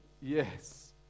yes